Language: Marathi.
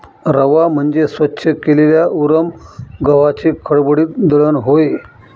रवा म्हणजे स्वच्छ केलेल्या उरम गव्हाचे खडबडीत दळण होय